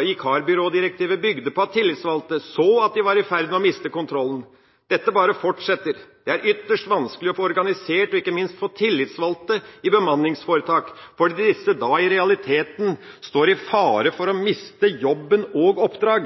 vikarbyrådirektivet bygde på at tillitsvalgte så at de var i ferd med å miste kontrollen. Dette bare fortsetter. Det er ytterst vanskelig å få organisert de ansatte og ikke minst å få tillitsvalgte i bemanningsforetak fordi disse da i realiteten står i fare for å miste jobben og oppdrag.